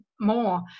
more